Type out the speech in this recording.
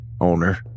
Owner